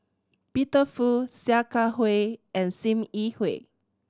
Peter Fu Sia Kah Hui and Sim Yi Hui